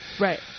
Right